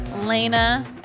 Lena